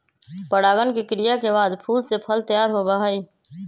परागण के क्रिया के बाद फूल से फल तैयार होबा हई